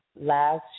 Last